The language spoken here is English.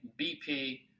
BP